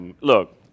Look